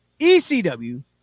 ECW